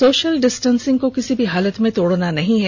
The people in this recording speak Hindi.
सोशल डिस्टेंसिंग को किसी भी हालत में तोड़ना नहीं है